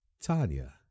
Tanya